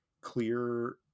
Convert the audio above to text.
clear